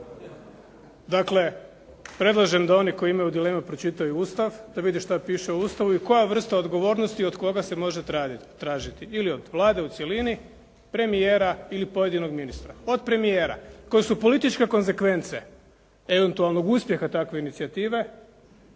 Dakle predlažem da oni koji imaju dileme pročitaju Ustav da vide šta piše u Ustavu i koja vrsta odgovornosti i od koga se može tražiti, ili od Vlade u cjelini, premijera ili pojedinog ministra. Od premijera. Koje su političke konzekvence eventualno uspjeha takve inicijative,